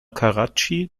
karatschi